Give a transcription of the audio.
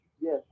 yes